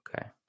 Okay